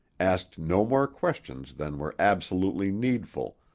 asked no more questions than were absolutely needful,